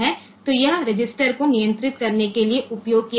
આનો ઉપયોગ રજીસ્ટર ને નિયંત્રિત કરવા માટે થાય છે